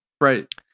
Right